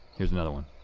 here's another one.